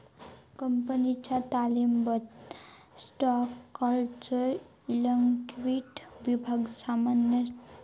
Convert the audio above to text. कंपनीच्या ताळेबंदयात स्टॉकहोल्डरच्या इक्विटी विभागात सामान्य स्टॉकचो अहवाल दिलो जाता